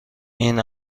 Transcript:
این